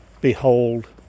Behold